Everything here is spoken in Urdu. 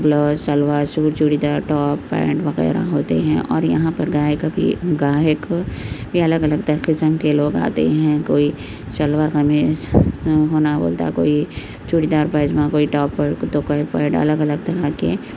blouse salwar suit churidar top pant وغیرہ ہوتے ہیں اور یہاں پر گاہکاں بھی گاہک بھی الگ الگ طرح قسم کے لوگ آتے ہیں کوئی شلوار قمیص ہونا بولتا کوئی چوڑی دار پیجامہ کوئی ٹاپ تو کوئی پینٹ الگ الگ طرح کے